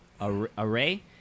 array